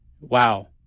wow